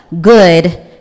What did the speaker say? good